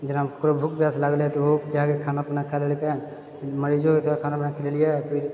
जेना ककरो भूख पियास लागलै तऽ ओहो जाएके खाना पीना खाए लेलकै मरीजोके खाना पीना खिलेलियै फिर